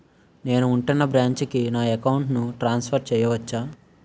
నేను ఉంటున్న బ్రాంచికి నా అకౌంట్ ను ట్రాన్సఫర్ చేయవచ్చా?